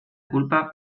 culpa